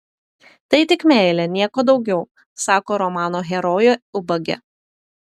tai tik meilė nieko daugiau sako romano herojė ubagė